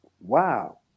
wow